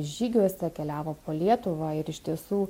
žygiuose keliavom po lietuvą ir iš tiesų